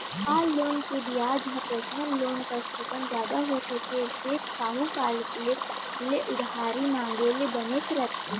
car loan के बियाज ह पर्सनल लोन कस थोकन जादा होथे फेर सेठ, साहूकार ले उधारी मांगे ले बनेच रथे